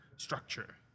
structure